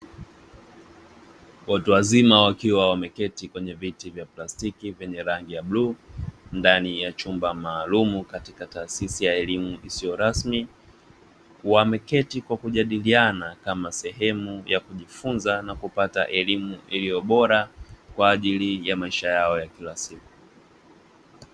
Watu wazima wakiwa wameketi kwenye viti vya plastiki vyenye rangi ya bluu, ndani ya chumba maalumu katika taasisi ya elimu isiyo rasmi. Wameketi kwa kujadiliana kama sehemu ya kujifunza na kupata elimu iliyo bora kwa ajili ya maisha yao ya kila siku.